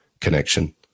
connection